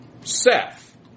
Seth